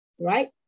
right